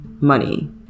money